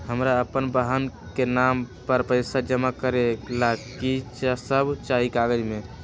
हमरा अपन बहन के नाम पर पैसा जमा करे ला कि सब चाहि कागज मे?